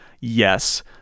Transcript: yes